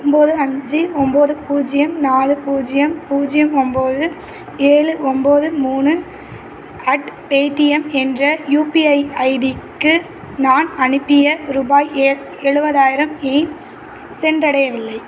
ஒம்பது அஞ்சு ஒம்பது பூஜ்ஜியம் நாலு பூஜ்ஜியம் பூஜ்ஜியம் ஒம்பது ஏழு ஒம்பது மூணு அட் பேடிஎம் என்ற யுபிஐ ஐடிக்கு நான் அனுப்பிய ரூபாய் எ எழுபதாயிரம் ஏன் சென்றடையவில்லை